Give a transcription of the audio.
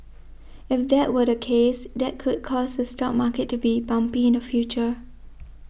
if that were the case that could cause the stock market to be bumpy in the future